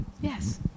Yes